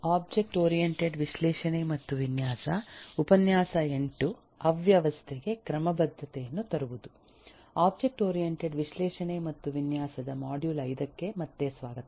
ಅವ್ಯವಸ್ಥೆಗೆ ಕ್ರಮಬದ್ಧತೆಯನ್ನು ತರುವುದು object oriented ವಿಶ್ಲೇಷಣೆ ಮತ್ತು ವಿನ್ಯಾಸದ ಮಾಡ್ಯೂಲ್ 5 ಕ್ಕೆ ಮತ್ತೆ ಸ್ವಾಗತ